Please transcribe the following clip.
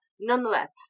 nonetheless